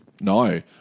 No